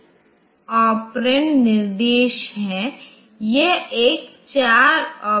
इसलिए 255 को 8 से गुणा किया जाता है तो आप वेक्टर तालिका में इसके लिए समर्पित इतने अधिक एड्रेस तक ले सकते हैं